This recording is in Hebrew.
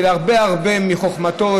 שהרבה הרבה מחוכמתו,